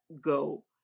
go